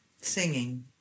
Singing